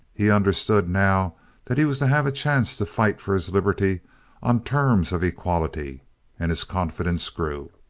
he understood now that he was to have a chance to fight for his liberty on terms of equality and his confidence grew.